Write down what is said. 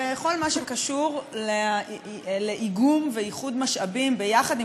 בכל מה שקשור באיגום ואיחוד משאבים יחד עם